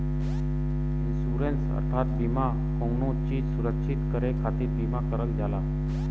insurance अर्थात बीमा कउनो चीज सुरक्षित करे खातिर बीमा करल जाला